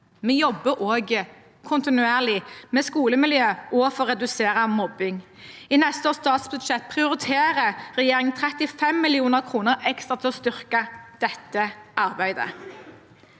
Vi jobber også kontinuerlig med skolemiljø og for å redusere mobbing. I neste års statsbudsjett prioriterer regjeringen 35 mill. kr ekstra til å styrke dette arbeidet.